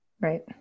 Right